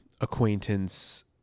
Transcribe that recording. acquaintance